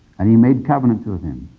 and he made covenants with him.